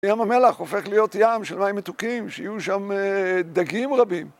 ים המלח הופך להיות ים של מים מתוקים, שיהיו שם דגים רבים.